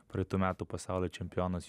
praeitų metų pasaulio čempionas